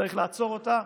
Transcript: צריך לעצור אותה,